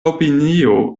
opinio